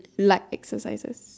light exercises